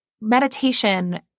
meditation